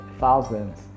thousands